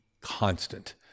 constant